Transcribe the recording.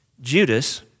Judas